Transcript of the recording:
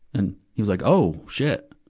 and he was like, oh, shit.